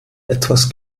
etwas